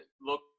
look